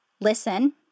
listen